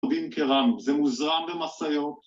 טובים כרם, זה מוזרם במשאיות.